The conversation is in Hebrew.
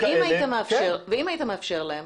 ואם היית מאפשר להם?